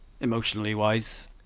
emotionally-wise